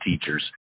teachers